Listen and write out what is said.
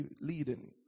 leading